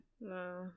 No